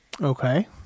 Okay